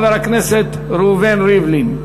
חבר הכנסת ראובן ריבלין.